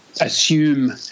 assume